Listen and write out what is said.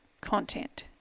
content